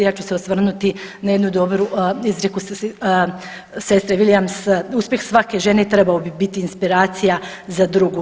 Ja ću se osvrnuti na jednu dobru izreku sestre Williams, uspjeh svake žene trebao bi biti inspiracija za drugu.